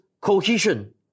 cohesion